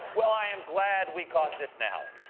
well, i'm glad we caught this now.